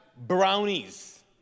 brownies